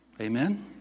Amen